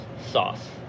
sauce